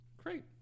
great